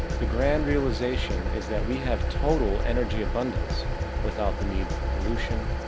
the grand realization is that we have total energy abundance without the need for pollution,